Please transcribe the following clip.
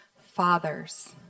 Fathers